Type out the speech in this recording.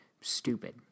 stupid